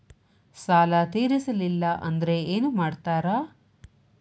ಸಾಲ ತೇರಿಸಲಿಲ್ಲ ಅಂದ್ರೆ ಏನು ಮಾಡ್ತಾರಾ?